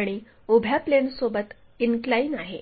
आणि उभ्या प्लेनसोबत इनक्लाइन आहे